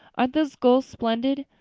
aren't those gulls splendid?